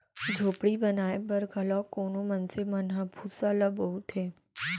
झोपड़ी बनाए बर घलौ कोनो मनसे मन ह भूसा ल बउरथे